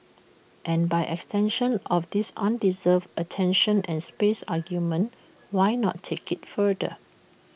and by extension of this undeserved attention and space argument why not take IT further